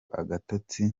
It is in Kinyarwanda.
agatotsi